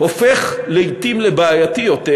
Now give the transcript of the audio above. הופך לעתים לבעייתי יותר,